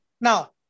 Now